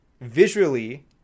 visually